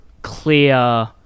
Clear